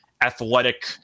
athletic